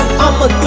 I'ma